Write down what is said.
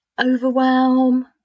overwhelm